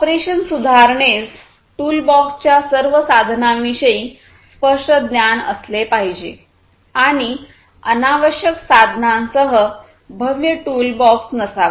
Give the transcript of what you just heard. operation सुधारणेस टूलबॉक्सच्या सर्व साधनांविषयी स्पष्ट ज्ञान असले पाहिजे आणि अनावश्यक साधनांसह भव्य टूलबॉक्स नसावा